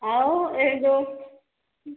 ହଉ ଏଇ ଯୋଉ